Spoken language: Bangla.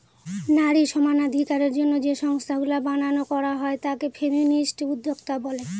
নারী সমানাধিকারের জন্য যে সংস্থাগুলা বানানো করা হয় তাকে ফেমিনিস্ট উদ্যোক্তা বলে